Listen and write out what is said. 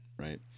Right